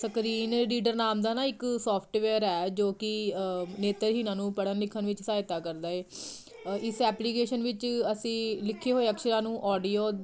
screen reader ਆਉਂਦਾ ਨਾ ਇੱਕ ਸੋਫਟਵੇਅਰ ਹੈ ਜੋ ਕਿ ਨੇਤਰਹੀਣਾਂ ਨੂੰ ਪੜ੍ਹਨ ਲਿਖਣ ਵਿੱਚ ਸਹਾਇਤਾ ਕਰਦਾ ਹੈ ਇਸ ਐਪਲੀਕੇਸ਼ਨ ਵਿੱਚ ਅਸੀਂ ਲਿਖੇ ਹੋਏ ਅਕਸ਼ਰਾਂ ਨੂੰ ਆਡੀਓ